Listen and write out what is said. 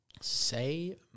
Say